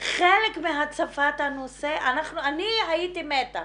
חלק מהצפת הנושא, אני הייתי מתה